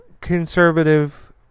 conservative